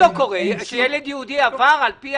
ארז,